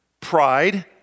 pride